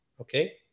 Okay